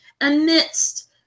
amidst